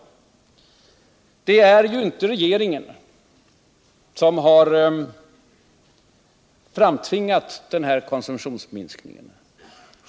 Men det är inte regeringen som har framtvingat konsumtionsminskningen.